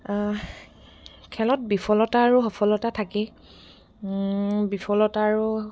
খেলত বিফলতা আৰু সফলতা থাকেই বিফলতা আৰু